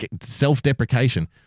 Self-deprecation